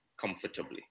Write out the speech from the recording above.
comfortably